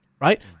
Right